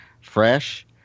fresh